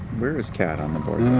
where is cad on the board?